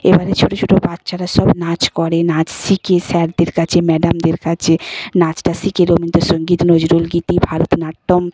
এবারে ছোটো ছোটো বাচ্চারা সব নাচ করে নাচ শেখে স্যারদের কাছে ম্যাডামদের কাছে নাচটা শেখে রবীন্দ্রসঙ্গীত নজরুলগীতি ভারতনাট্যম